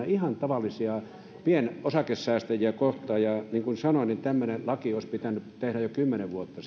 ihan tavallisia pienosakesäästäjiä kohtaan ja niin kuin sanoin tämmöinen laki olisi pitänyt tehdä jo kymmenen vuotta